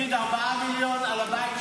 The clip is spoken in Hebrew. לפיד, 4 מיליון על הבית.